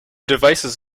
devices